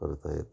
करता येते